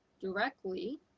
directly